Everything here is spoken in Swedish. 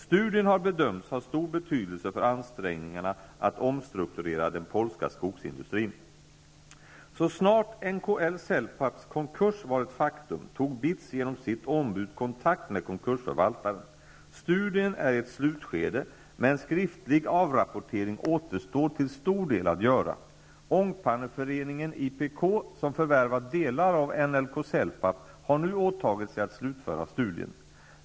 Studien har bedömts ha stor betydelse för ansträngningarna att omstrukturera den polska skogsindustrin. BITS genom sitt ombud kontakt med konkursförvaltarna. Studien är i ett slutskede, men skriftlig avrapportering återstår till stor del att göra. NLK-Celpap, har nu åtagit sig att slutföra studien.